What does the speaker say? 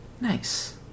Nice